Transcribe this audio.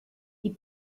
die